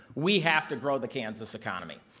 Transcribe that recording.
we have to grow the kansas economy.